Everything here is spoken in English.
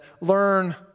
learn